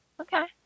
Okay